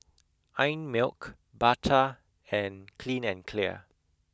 Einmilk Bata and Clean and Clear